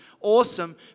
awesome